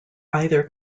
either